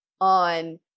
on